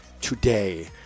today